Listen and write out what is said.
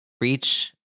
reach